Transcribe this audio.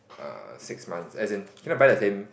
err six months as in cannot buy the same